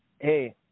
Hey